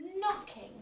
Knocking